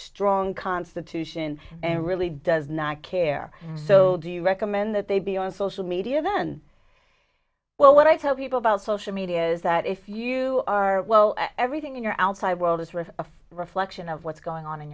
strong constitution and really does not care so do you recommend that they be on social media then well what i tell people about social media is that if you are well everything in your outside world is really a reflection of what's going on in